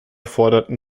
forderten